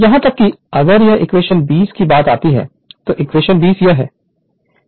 यहां तक कि अगर यह इक्वेशन 20 की बात आती है तो इक्वेशन 20 यह है